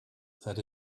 that